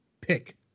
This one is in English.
pick